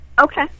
Okay